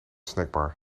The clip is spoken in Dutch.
snackbar